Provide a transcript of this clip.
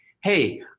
hey